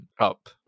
up